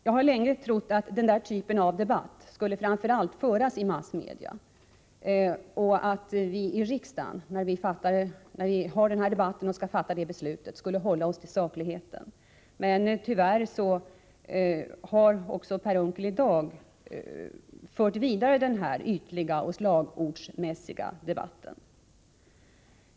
Jag har länge trott att debatter av den typen framför allt skulle föras i massmedia och att vi i riksdagen, när vi skall fatta beslut, skulle hålla oss till sakligheten. Men tyvärr har Per Unckel i dag fört vidare denna ytliga och slagordsmässiga debatt.